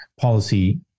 policy